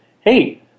hey